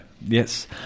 Yes